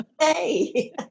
Hey